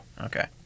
Okay